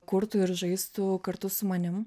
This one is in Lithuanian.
kurtų ir žaistų kartu su manim